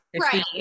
Right